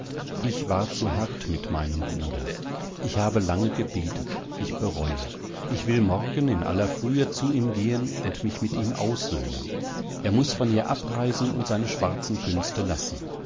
ich war zu hart mit meinem bruder ich habe lange gebetet ich bereue ich will morgen in aller frühe zu ihm gehen und mich mit ihm aussöhnen er muß von hier abreisen und seine schwarzen künste lassen